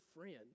friend